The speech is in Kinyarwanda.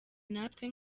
natwe